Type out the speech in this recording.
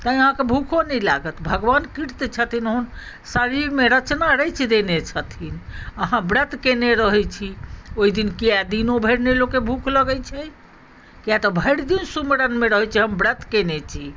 तैंँ अहाँकेँ भूखो नहि लागत भगवान कृत छथिन ओहन शरीरमे रचना रचि देने छथिन अहाँ व्रत कयने रहैत छी ओहि दिन किएक दिनो भरि नहि लोककेँ भूख लगैत छै किएक तऽ भरि दिन सुमिरनमे रहैत छै हम व्रत कयने छी